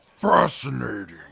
Fascinating